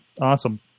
awesome